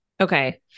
Okay